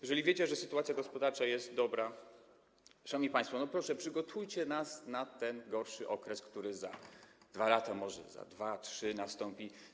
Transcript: Jeżeli wiecie, że sytuacja gospodarcza jest dobra, szanowni państwo, to proszę, przygotujcie nas na ten gorszy okres, który może za 2 lata, za 2–3 lata nastąpi.